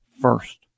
first